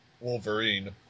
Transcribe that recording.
Wolverine